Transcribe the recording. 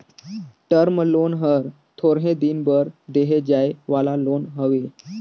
term loan हर थोरहें दिन बर देहे जाए वाला लोन हवे